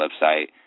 website